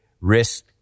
risk